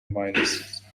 viruses